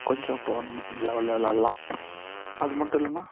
கொஞ்சம் டோர்னமெண்ட் லெவெலில் வெளாடலாம் அது மட்டும் இல்லைன்னா